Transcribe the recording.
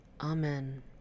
amen